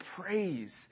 praise